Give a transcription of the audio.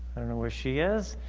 i don't know where she is,